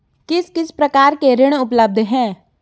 किस किस प्रकार के ऋण उपलब्ध हैं?